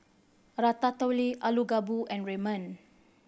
Ratatouille Alu Gobi and Ramen